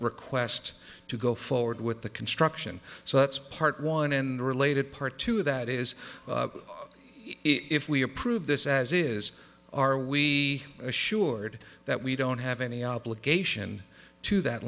request to go forward with the construction so that's part one and related part to that is if we approve this as it is are we assured that we don't have any obligation to that